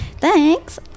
Thanks